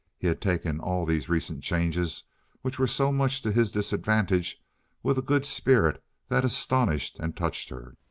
he had taken all these recent changes which were so much to his disadvantage with a good spirit that astonished and touched her.